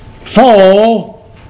fall